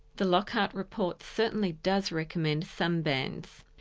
the lockhart report certainly does recommend some bans,